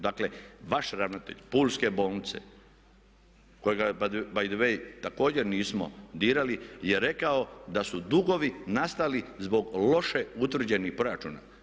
Dakle, vaš ravnatelj Pulske bolnice kojega je by the way također nismo dirali, je rekao da su dugovi nastali zbog loše utvrđenih proračuna.